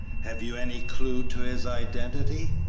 have you any clew to his identity?